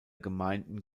gemeinden